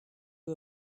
you